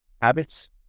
habits